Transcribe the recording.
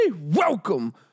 Welcome